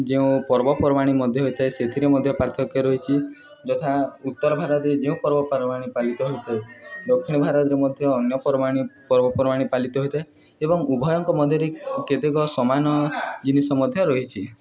ଯେଉଁ ପର୍ବପର୍ବାଣି ମଧ୍ୟ ହୋଇଥାଏ ସେଥିରେ ମଧ୍ୟ ପାର୍ଥକ୍ୟ ରହିଛି ଯଥା ଉତ୍ତର ଭାରତରେ ଯେଉଁ ପର୍ବପର୍ବାଣି ପାଳିତ ହୋଇଥାଏ ଦକ୍ଷିଣ ଭାରତରେ ମଧ୍ୟ ଅନ୍ୟ ପର୍ବାଣି ପର୍ବପର୍ବାଣି ପାଲିତ ହୋଇଥାଏ ଏବଂ ଉଭୟଙ୍କ ମଧ୍ୟରେ କେତେକ ସମାନ ଜିନିଷ ମଧ୍ୟ ରହିଛି